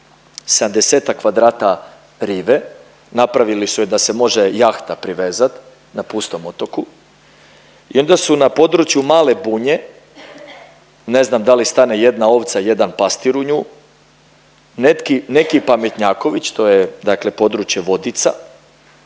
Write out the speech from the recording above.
kvadrata rive, napravili su je da se može jahta privezati na pustom otoku. I onda su na području Male Bunje ne znam da li stane jedna ovca, jedan pastir u nju neki pametnjaković to je dakle područje Vodica,